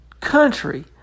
country